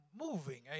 moving